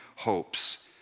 hopes